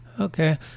Okay